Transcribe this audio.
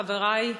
חברי,